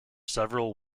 several